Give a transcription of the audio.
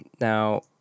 Now